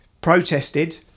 protested